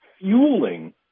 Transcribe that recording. fueling